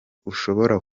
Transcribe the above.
ushobora